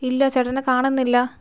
ഇല്ല ചേട്ടനെ കാണുന്നില്ല